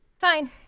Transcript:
Fine